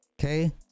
Okay